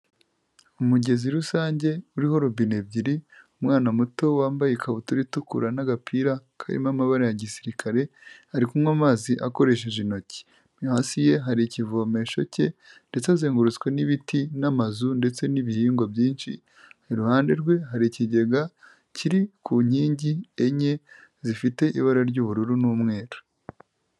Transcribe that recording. Umugezi rusange uriho robine ebyiri, umwana muto wambaye ikabutura itukura n'agapira karimo amabara ya gisirikare, ari kunywa amazi akoresheje intoki, hasi ye hari ikivomesho ke ndetse azengurutswe n'ibiti n'amazu ndetse n'ibihingwa byinshi, iruhande rwe hari ikigega kiri ku nkingi enye zifite ibara ry'ubururu n'umweru.